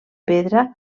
pedra